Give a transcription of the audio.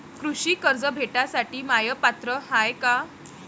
कृषी कर्ज भेटासाठी म्या पात्र हाय का?